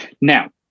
now